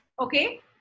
okay